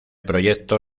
proyecto